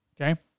okay